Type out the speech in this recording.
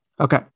Okay